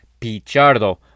Pichardo